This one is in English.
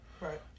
Right